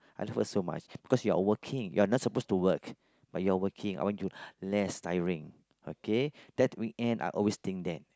I love her so much because you're working you're not suppose to work but you're working I want you less tiring okay then weekend I always think that